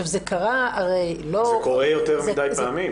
זה קרה, הרי -- זה קורה יותר מדי פעמים.